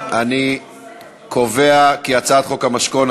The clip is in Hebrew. אני קובע כי הצעת חוק המשכון,